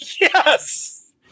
Yes